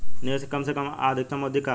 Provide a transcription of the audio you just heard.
निवेश के कम से कम आ अधिकतम अवधि का है?